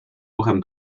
ruchem